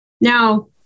Now